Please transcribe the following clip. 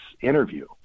interview